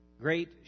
Great